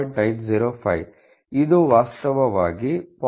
905 ಇದು ವಾಸ್ತವವಾಗಿ 0